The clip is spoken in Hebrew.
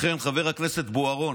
לכן, חבר הכנסת בוארון,